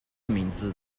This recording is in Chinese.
名字